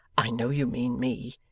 i know you mean me.